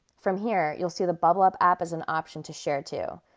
from here you'll see the bublup app as an option to share to.